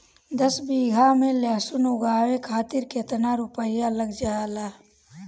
दस बीघा में लहसुन उगावे खातिर केतना रुपया लग जाले?